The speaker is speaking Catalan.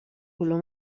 color